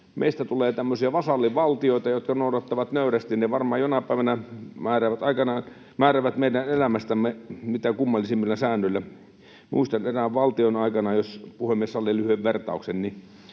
Meistä tulee tämmöisiä vasallivaltioita, jotka noudattavat nöyrästi. Ne varmaan jonain päivänä määräävät, aikanaan määräävät meidän elämästämme mitä kummallisimmilla säännöillä. Muistan eräästä valtiosta — jos puhemies sallii lyhyen vertauksen